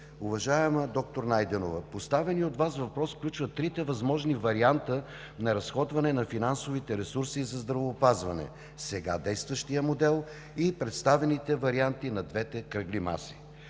Уважаема доктор Найденова, поставеният от Вас въпрос включва трите възможни варианти на разходване на финансовите ресурси за здравеопазване – сега действащият модел, и представените варианти на двете кръгли маси.